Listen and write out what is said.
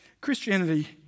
Christianity